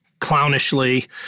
clownishly